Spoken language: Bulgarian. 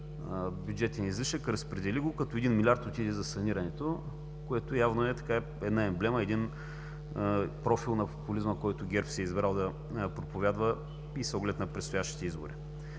бюджетен излишък. Разпредели го, като един милиард отиде за санирането, което явно е една емблема, един профил на популизма, който ГЕРБ си е избрал да проповядва и с оглед на предстоящите избори.